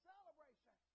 Celebration